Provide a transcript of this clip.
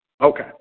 Okay